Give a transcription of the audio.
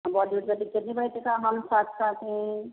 बॉलीवूडचा picture नाही माहिती का हम साथ साथ हे